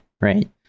right